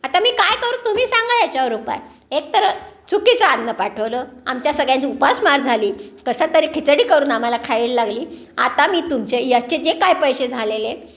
आता मी काय करू तुम्ही सांगा याच्यावर उपाय एक तर चुकीचं आन्न पाठवलं आमच्या सगळ्यांची उपासमार झाली कसं तरी खिचडी करून आम्हाला खायला लागली आता मी तुमचे याचे जे काय पैसे झालेले आहेत